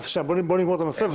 אז בוא נסיים את הנושא.